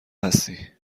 هستی